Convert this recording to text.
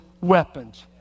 weapons